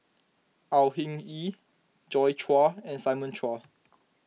Au Hing Yee Joi Chua and Simon Chua